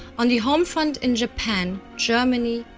on the home front in japan, germany,